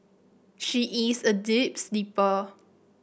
she is a deep sleeper